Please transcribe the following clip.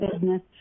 business